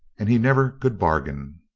and he never could bargain.